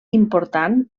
important